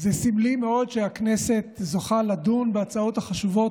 זה סמלי מאוד שהכנסת זוכה לדון בהצעות החשובות